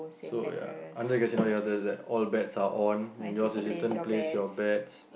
so ya under casino ya the the all bets are on and yours is written place your bets